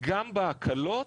גם בהקלות